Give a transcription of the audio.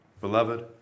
Beloved